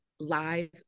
live